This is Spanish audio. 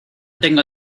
tengo